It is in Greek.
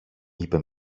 είπε